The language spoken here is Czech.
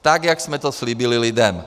Tak jak jsme to slíbili lidem.